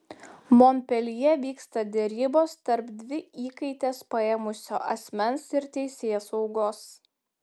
monpeljė vyksta derybos tarp dvi įkaites paėmusio asmens ir teisėsaugos